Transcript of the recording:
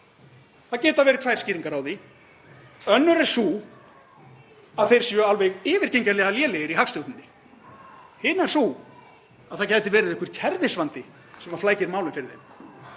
Það geta verið tvær skýringar á því. Önnur er sú að þeir séu alveg yfirgengilega lélegir í hagstjórninni. Hin er sú að það gæti verið einhver kerfisvandi sem flækir málin fyrir þeim.